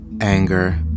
anger